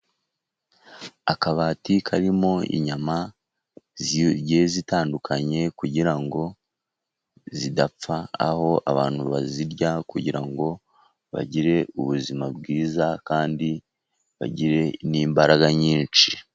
Akabati karimo inyama zigiye zitandukanye ,kugira ngo zidapfa aho abantu bazirya, kugira ngo bagire ubuzima bwiza kandi bagire n'imbaraga nyinshi.